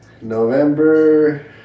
November